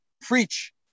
preach